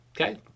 Okay